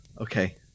Okay